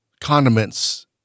condiments